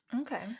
okay